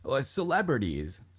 Celebrities